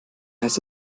heißt